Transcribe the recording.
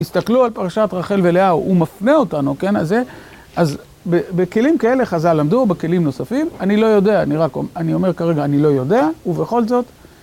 תסתכלו על פרשת רחל ולאה, הוא מפנה אותנו, כן, אז זה, אז בכלים כאלה חז"ל למדו, בכלים נוספים, אני לא יודע, אני רק, אני אומר כרגע, אני לא יודע, ובכל זאת,